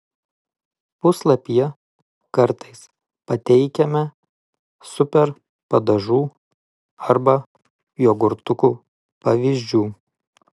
puslapyje kartais pateikiame super padažų arba jogurtukų pavyzdžių